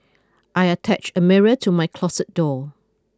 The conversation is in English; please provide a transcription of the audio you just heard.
I attached a mirror to my closet door